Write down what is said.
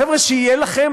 חבר'ה, שיהיה לכם